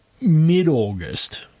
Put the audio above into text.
mid-August